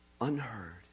unheard